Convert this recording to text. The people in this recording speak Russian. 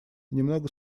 немного